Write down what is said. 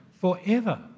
forever